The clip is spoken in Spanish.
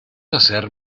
hacer